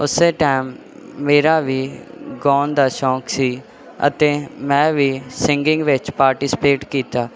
ਉਸੇ ਟਾਈਮ ਮੇਰਾ ਵੀ ਗਾਉਣ ਦਾ ਸ਼ੌਂਕ ਸੀ ਅਤੇ ਮੈਂ ਵੀ ਸਿੰਗਿੰਗ ਵਿੱਚ ਪਾਰਟੀਸਪੇਟ ਕੀਤਾ